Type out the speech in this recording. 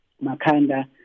Makanda